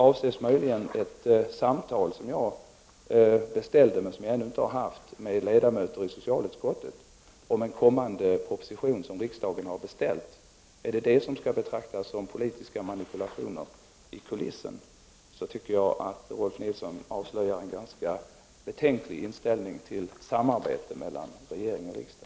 Avses möjligen ett samtal som jag beställt men ännu inte har haft med ledamöter i socialutskottet om en kommande proposition som riksdagen har beställt? Är det detta som kallas för politiska manipulationer i kulissen, så tycker jag att Rolf L Nilson avslöjar en ganska betänklig inställning till samarbetet mellan regering och riksdag.